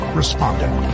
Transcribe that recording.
responded